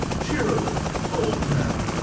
cheerily, bold man,